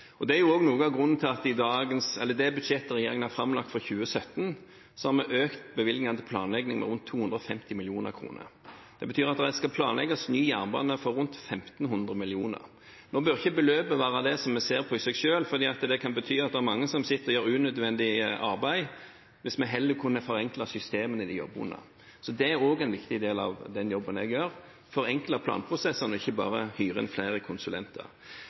Det er også noe av grunnen til at vi i det budsjettet som regjeringen har framlagt for 2017, har økt bevilgningene til planlegging med rundt 250 mill. kr. Det betyr at det skal planlegges ny jernbane for rundt 1 500 mill. kr. Nå bør ikke beløpet i seg selv være det som vi ser på, for det kan bety at det er mange som sitter og gjør unødvendig arbeid, mens vi heller skulle forenklet systemene de jobber under. Det er også en viktig del av den jobben jeg gjør: forenkle planprosessene og ikke bare hyre inn flere konsulenter.